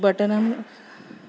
बटनम्